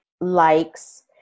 likes